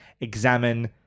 examine